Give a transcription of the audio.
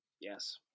Yes